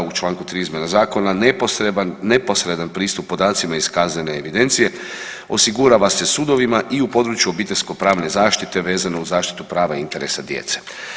U članku 3. Izmjene zakona neposredan pristup podacima iz kaznene evidencije osigurava se sudovima i u području obiteljsko-pravne zaštite vezano uz zaštitu prava i interesa djece.